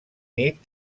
nit